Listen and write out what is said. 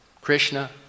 Krishna